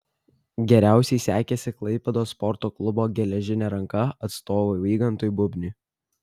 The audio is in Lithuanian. geriausiai sekėsi klaipėdos sporto klubo geležinė ranka atstovui vygantui bubniui